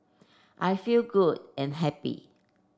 I feel good and happy